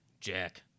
Jack